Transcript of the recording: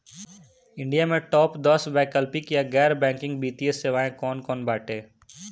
India में top दस वैकल्पिक या गैर बैंकिंग वित्तीय सेवाएं कौन कोन बाटे?